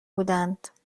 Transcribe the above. بودند